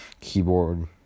keyboard